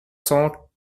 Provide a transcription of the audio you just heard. cent